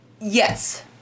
Yes